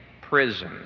prison